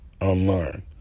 Unlearn